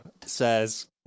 says